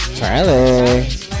charlie